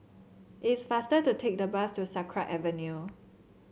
it is faster to take the bus to Sakra Avenue